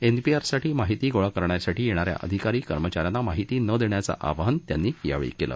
एनपीआरसाठी माहिती गोळा करण्यासाठी येणाऱ्या अधिकारी कर्मचाऱ्यांना माहिती न देण्याचं आवाहन त्यांनी यावेळी केलं